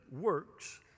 works